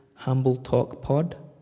humbletalkpod